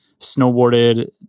snowboarded